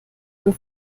von